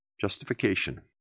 Justification